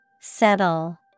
Settle